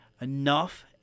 enough